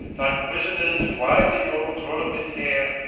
like prisoners wildly ouer-growne with hayre,